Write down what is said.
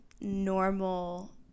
normal